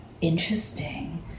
interesting